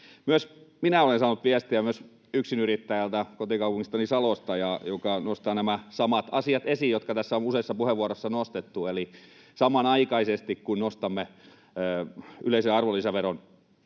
minä olen saanut viestejä myöskin yksinyrittäjältä kotikaupungistani Salosta. Hän nostaa esiin nämä samat asiat, jotka tässä on useassa puheenvuorossa nostettu, eli samanaikaisesti kun nostamme yleistä arvonlisäveroa